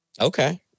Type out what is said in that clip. Okay